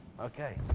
Okay